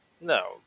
No